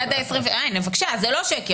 אה, הינה, בבקשה, זה לא שקר.